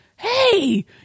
hey